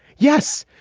yes,